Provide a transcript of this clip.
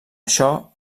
això